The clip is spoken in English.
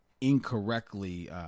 incorrectly